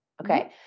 Okay